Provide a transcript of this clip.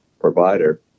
provider